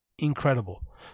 Incredible